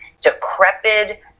decrepit